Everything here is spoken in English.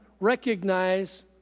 recognize